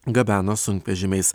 gabeno sunkvežimiais